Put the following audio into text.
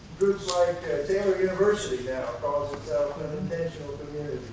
groups like taylor university now calls itself an intentional community.